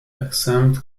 exempt